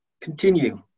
continue